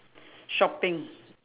shopping